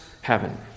heaven